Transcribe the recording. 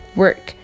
work